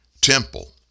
Temple